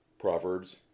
Proverbs